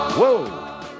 Whoa